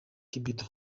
kibido